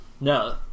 No